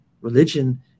Religion